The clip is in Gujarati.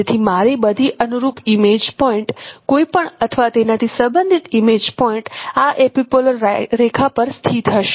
તેથી મારી બધી અનુરૂપ ઇમેજ પોઇન્ટ કોઈપણ અથવા તેનાથી સંબંધિત ઇમેજ પોઇન્ટ આ એપિપોલર રેખા પર સ્થિત હશે